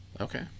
Okay